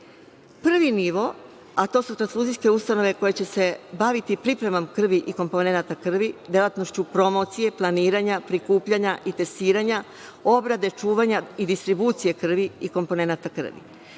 Prvi nivo, a to su transfuzijske ustanove koje će se baviti pripremom krvi i komponenata krvi, delatnošću promocije, planiranja, prikupljanja i testiranja, obrade, čuvanje i distribucije krvi i komponenata krvi.